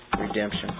redemption